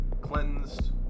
cleansed